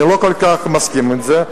אני לא כל כך מסכים עם זה.